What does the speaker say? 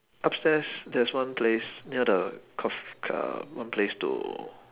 upstairs there's one place near the coff~ ca~ one place to